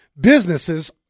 businesses